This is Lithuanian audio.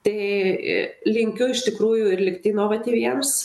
tai linkiu iš tikrųjų ir likti inovatyviems